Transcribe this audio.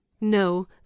no